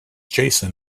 jason